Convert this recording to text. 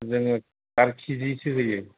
जोङो पार केजिसो होयो